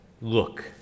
look